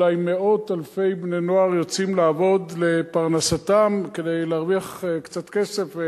אולי מאות אלפי בני-נוער יוצאים לעבוד לפרנסתם כדי להרוויח קצת כסף,